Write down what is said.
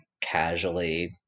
casually